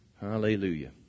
Hallelujah